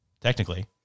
technically